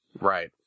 Right